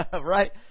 Right